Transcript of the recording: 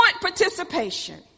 participation